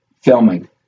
filming